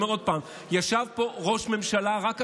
אני אומר עוד פעם: ישב פה ראש הממשלה רק השבוע.